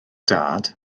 dad